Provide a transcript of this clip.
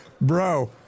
bro